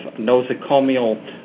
nosocomial